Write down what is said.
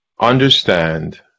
understand